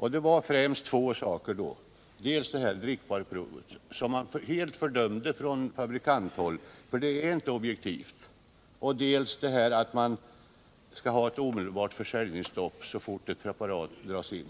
Man diskuterade främst två saker — dels drickbarhetsprovningen, som helt fördömdes från fabrikanthåll därför att den inte är objektiv, dels det förhållandet att man inför omedelbart försäljningsstopp så fort ett preparat dras in.